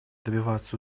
добиваться